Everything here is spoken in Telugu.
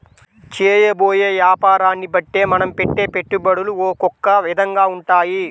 చేయబోయే యాపారాన్ని బట్టే మనం పెట్టే పెట్టుబడులు ఒకొక్క విధంగా ఉంటాయి